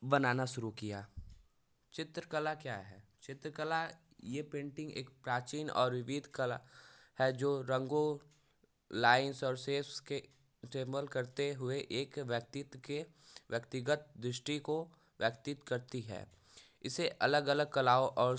बनाना शुरू किया चित्रकला क्या है चित्रकला ये पेंटिंग एक प्राचीन और विविध कला है जो रंगों लाइंस और शेफ्स के करते हुए एक व्यक्तित्व के व्यक्तिगत दृष्टि को व्यतीत करती है इसे अलग अलग कलाओं और